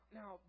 now